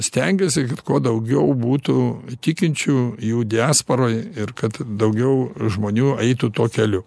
stengiasi kad kuo daugiau būtų tikinčių jų diasporoj ir kad daugiau žmonių eitų tuo keliu